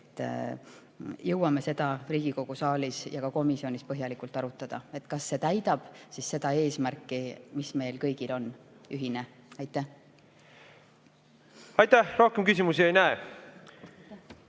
Jõuame seda Riigikogu saalis ja ka komisjonis põhjalikult arutada, kas see täidab seda eesmärki, mis meil kõigil on ühine. Aitäh! Rohkem küsimusi ei näe.